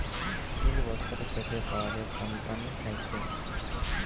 yield বসরের শেষে পাউয়া যায় কম্পালির থ্যাইকে